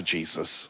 Jesus